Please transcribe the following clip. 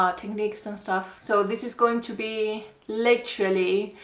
um techniques and stuff so, this is going to be literallaeiiiy